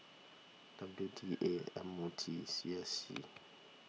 W D A M O T C S C